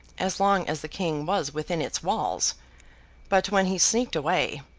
as long as the king was within its walls but, when he sneaked away,